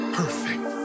perfect